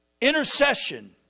intercession